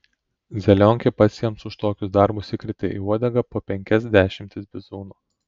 zelionkė pats jiems už tokius darbus įkrėtė į uodegą po penkias dešimtis bizūnų